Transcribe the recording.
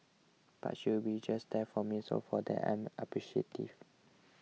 but she'll be just there for me so for that I'm appreciative